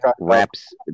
wraps